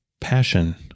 passion